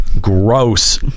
Gross